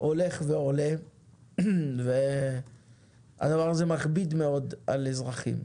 הולך ועולה והדבר הזה מכביד מאוד על אזרחים.